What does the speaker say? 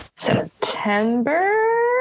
September